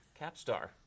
Capstar